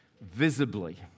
visibly